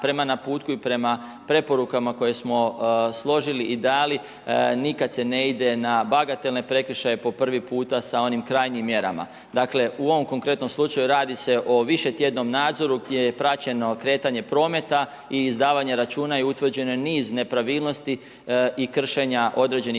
prema naputku i prema preporukama koje smo složili i dali, nikad se ne ide na bagatelne prekršaje po prvi puta sa onim krajnjim mjerama. Dakle, u ovom konkretnom slučaju radi se o višetjednom nadzoru gdje je praćeno kretanje prometa i izdavanje računa i utvrđen je niz nepravilnosti i kršenja određenih